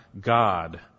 God